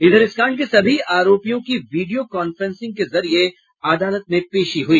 इधर इस कांड के आरोपियों की वीडियो कांफ्रेंसिंग के जरिये अदालत में पेशी हुई